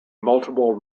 multiple